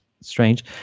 strange